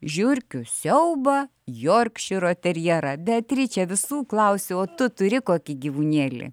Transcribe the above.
žiurkių siaubą jorkšyro terjerą beatriče visų klausiu o tu turi kokį gyvūnėlį